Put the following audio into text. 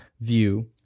view